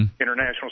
International